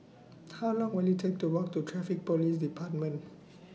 How Long Will IT Take to Walk to Traffic Police department